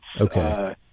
Okay